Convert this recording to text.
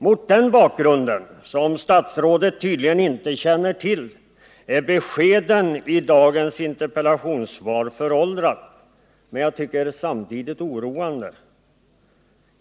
Mot den bakgrunden, som statsrådet tydligen inte känner till, är beskedet i dagens interpellationssvar föråldrat — men, tycker jag, samtidigt oroande.